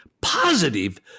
positive